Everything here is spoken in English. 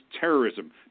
terrorism